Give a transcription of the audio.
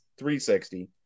360